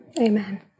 Amen